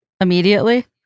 immediately